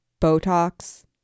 Botox